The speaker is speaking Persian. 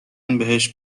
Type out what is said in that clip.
بهش